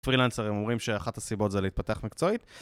פרילנסרים אומרים שאחת הסיבות זה להתפתח מקצועית.